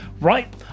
Right